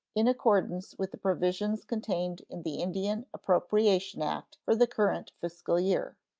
in accordance with the provisions contained in the indian appropriation act for the current fiscal year.